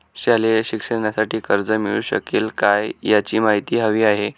शालेय शिक्षणासाठी कर्ज मिळू शकेल काय? याची माहिती हवी आहे